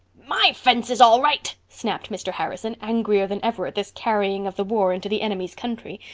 my fence is all right, snapped mr. harrison, angrier than ever at this carrying of the war into the enemy's country.